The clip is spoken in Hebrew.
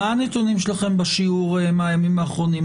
מה הנתונים שלהם בשיעור מהימים האחרונים?